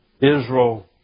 Israel